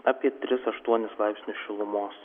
apie tris aštuonis laipsnius šilumos